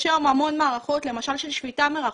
יש היום המון מערכות, למשל של שפיטה מרחוק,